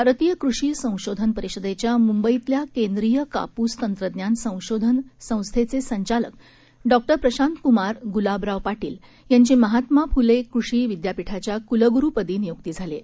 भारतीय कृषि संशोधन परिषदेच्या मुंबईतल्या केन्द्रीय कापूस तंत्रज्ञान संशोधन संस्थेचे संचालक डॉ प्रशांतक्मार गुलाबराव पाटील यांची महात्मा फुले कृषी विद्यापीठाच्या कुलगुरूपदी नियुक्ती झाली आहे